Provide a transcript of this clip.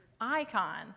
icon